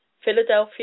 Philadelphia